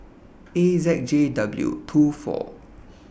A Z J W two four